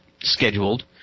scheduled